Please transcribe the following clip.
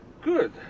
good